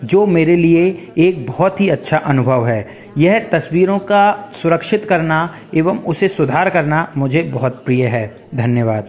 जो मेरे लिए एक बहुत ही अच्छा अनुभव है यह तस्वीरों का सुरक्षित करना एवं उसे सुधार करना मुझे बहुत प्रिय है धन्यवाद